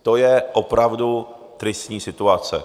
To je opravdu tristní situace!